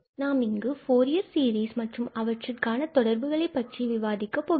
நாம் இங்கு Fourier series மற்றும் அவற்றுக்கான தொடர்புகளைப் பற்றி விவாதிக்கப் போகிறோம்